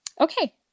Okay